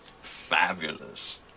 Fabulous